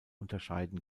unterscheiden